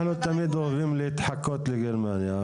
אנחנו תמיד אוהבים להתחקות לגרמניה.